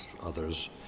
others